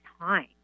time